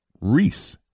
Reese